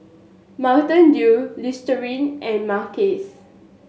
Mountain Dew Listerine and Mackays